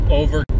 over